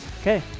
Okay